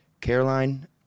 Caroline